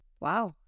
Wow